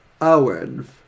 Owen